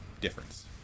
difference